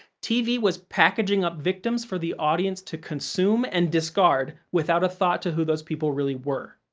tv was packaging up victims for the audience to consume and discard without a thought to who those people really were.